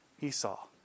Esau